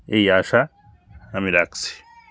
এই আশা আমি রাখছি